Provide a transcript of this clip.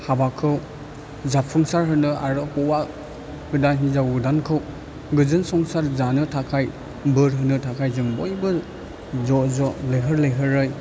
हाबाखौ जाफुंसारहोनो आरो हौवा गोदान हिनजाव गोदानखौ गोजोन संसार जानो थाखाय बोर होनो थाखाय जों बयबो ज' ज' लैहोर लैहोरै